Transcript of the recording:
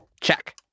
Check